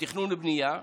לתכנון ובנייה,